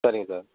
சரிங்க சார்